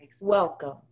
Welcome